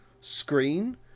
screen